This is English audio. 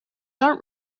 don’t